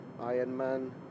Ironman